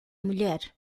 mulher